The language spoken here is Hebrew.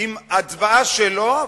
עם הצבעה שלו,